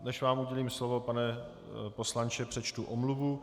Než vám udělím slovo, pane poslanče, přečtu omluvu.